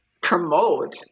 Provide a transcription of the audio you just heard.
Promote